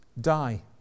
die